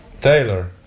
Taylor